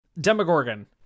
Demogorgon